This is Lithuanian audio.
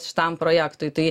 šitam projektui tai